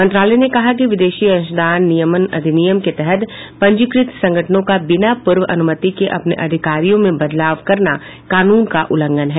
मंत्रालय ने कहा कि विदेशी अंशदान नियमन अधिनियम के तहत पंजीकृत संगठनों का बिना पूर्व अन्मति के अपने अधिकारियों में बदलाव करना कानून का उल्लंघन है